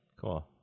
Cool